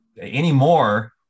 anymore